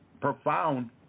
Profound